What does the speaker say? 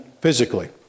physically